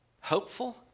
hopeful